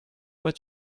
but